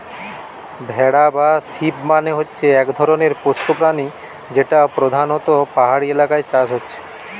ভেড়া বা শিপ মানে হচ্ছে এক ধরণের পোষ্য প্রাণী যেটা পোধানত পাহাড়ি এলাকায় চাষ হচ্ছে